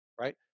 Right